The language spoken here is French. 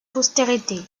postérité